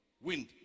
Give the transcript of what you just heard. wind